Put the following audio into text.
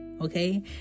Okay